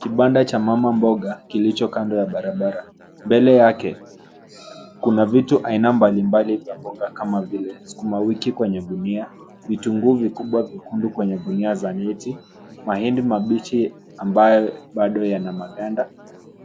Kibanda cha mama mboga kilicho kando ya barabara. Mbele yake kuna vitu aina mbalimbali vya mboga kama vile sukuma wiki kwenye gunia, vitunguu vikubwa vyekundu kwenye gunia za neti, mahindi mabichi ambayo bado yana maganda